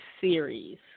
series